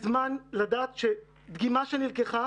לדעת שדגימה שנלקחה